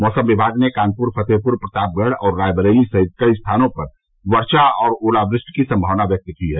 मौसम विभाग ने कानपुर फतेहपुर प्रतापगढ़ और रायबरेली सहित कई स्थानों पर वर्षा और ओलोवृष्टि की संमावना व्यक्त की है